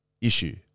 issue